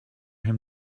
him